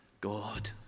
God